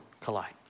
collide